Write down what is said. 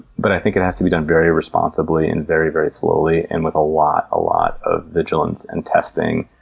but i think it has to be done very responsibly, and very very slowly, and with a lot a lot of vigilance and testing,